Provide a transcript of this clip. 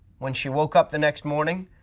when she woke up the next morning,